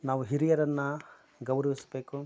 ನಾವು ಹಿರಿಯರನ್ನ ಗೌರವಿಸಬೇಕು